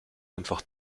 einfach